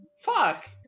Fuck